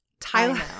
Tyler